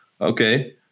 Okay